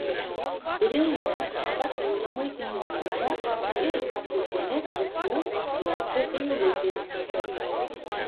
rimu papildomai jungiamos ir paskutinės visų strofų eilutės